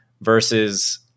versus